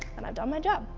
and i've done my job.